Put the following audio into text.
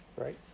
Right